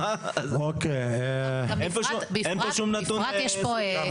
אין כאן שום נתון ספציפי.